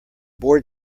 board